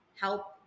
help